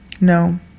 No